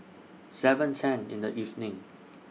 seven ten in The evening